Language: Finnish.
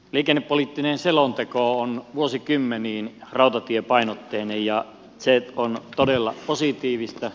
liikennepoliittinen selonteko on vuosikymmeniin rautatiepainotteinen ja se on todella positiivista